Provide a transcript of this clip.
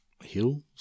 hills